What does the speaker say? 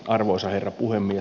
arvoisa herra puhemies